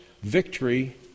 victory